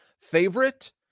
favorite